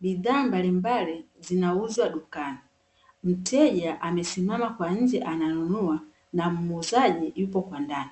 Bidhaa mbalimbali zinauzwa dukani. Mteja amesimama kwa nje ananunua na muuzaji yupo kwa ndani.